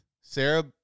Sarah